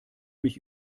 mich